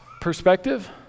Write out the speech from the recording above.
perspective